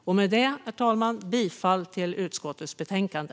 Med det, herr talman, yrkar jag bifall till utskottets förslag.